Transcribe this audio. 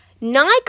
Nike